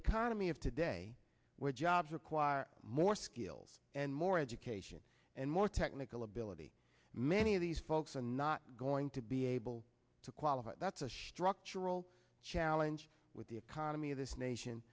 economy of today where jobs require more skills and more education and more technical ability many of these folks and not going to be able to qualify that's a structural challenge with the economy of this nation